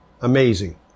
Amazing